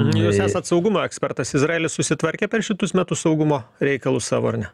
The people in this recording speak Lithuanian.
jūs esat saugumo ekspertas izraelis susitvarkė per šitus metus saugumo reikalus savo ar ne